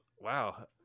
Wow